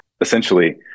essentially